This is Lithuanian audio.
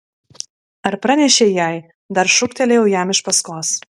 ar pranešei jai dar šūktelėjau jam iš paskos